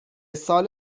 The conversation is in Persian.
سال